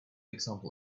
example